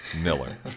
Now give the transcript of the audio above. Miller